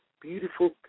beautiful